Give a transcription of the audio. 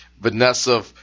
Vanessa